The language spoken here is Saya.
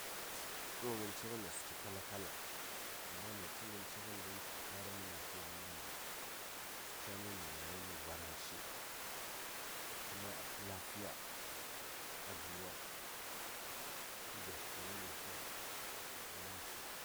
ɗun ngən ci ngənes ci kala- kala amma mya ci ngən gə ci ngən don tə kara mi lafiya mən a dli tə ca mi mə nai nə varaŋ shi kuma a tu lafiya a dli wa a tu byatl kəni me kyau tu yanci.